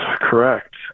correct